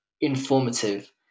informative